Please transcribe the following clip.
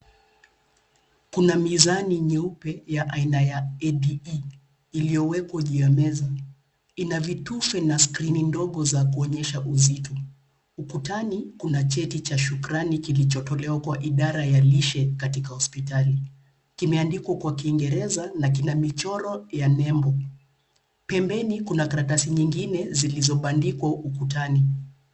Kuna mizani nyeupe ya aina ya ADE, iliyowekwa juu ya meza. Ina vitufe na skrini ndogo ya kuonyesha uzito. Ukutani kuna cheti cha shukrani, kilichotolewa kwa idara ya lishe katika hospitali. Kimeandikwa kwa kingereza na kina michoro ya nembo. Pembeni kuna karatasi nyingine, zilizobandikwa ukutani.